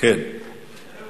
התרבות